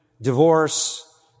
divorce